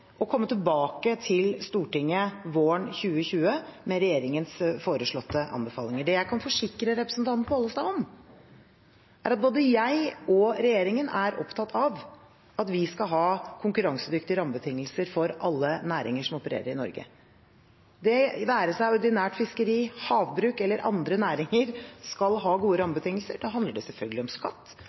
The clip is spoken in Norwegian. komme tilbake til Stortinget våren 2020 med regjeringens foreslåtte anbefalinger. Det jeg kan forsikre representanten Pollestad om, er at både jeg og regjeringen er opptatt av at vi skal ha konkurransedyktige rammebetingelser for alle næringer som opererer i Norge – enten det er ordinært fiskeri, havbruk eller andre næringer, så skal de ha gode rammebetingelser. Det handler selvfølgelig om skatt,